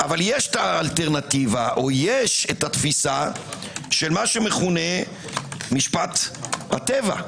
אבל יש האלטרנטיבה או התפיסה של מה שמכונה משפט הטבע.